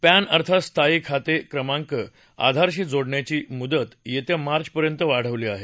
pan अर्थात स्थायी खाते क्रमांक आधारशी जोडण्याची मुदत येत्या मार्चपर्यंत वाढवली आहे